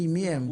מי הם?